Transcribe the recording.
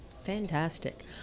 Fantastic